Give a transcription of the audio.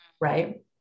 right